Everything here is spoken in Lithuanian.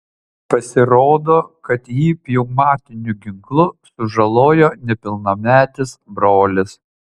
pasirodo kad jį pneumatiniu ginklu sužalojo nepilnametis brolis